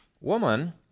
woman